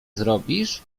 zrobisz